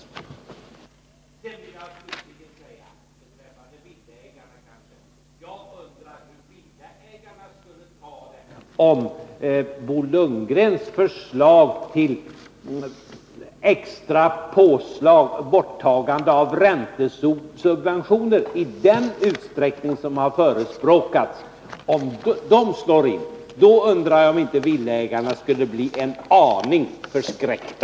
Beträffande villaägarna vill jag säga att om vi skulle genomföra Bo Lundgrens förslag till extra påslag, till borttagande av räntesubventioner i den utsträckning som har förespråkats, då undrar jag om inte villaägarna skulle bli en aning förskräckta.